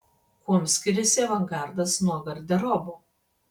kuom skiriasi avangardas nuo garderobo